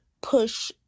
push